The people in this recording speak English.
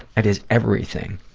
that is everything.